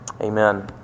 Amen